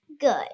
good